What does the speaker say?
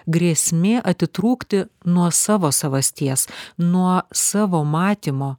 grėsmė atitrūkti nuo savo savasties nuo savo matymo